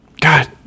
God